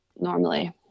normally